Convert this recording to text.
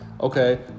Okay